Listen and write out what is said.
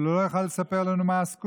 אבל הוא לא היה יכול לספר לנו מה הסקופ.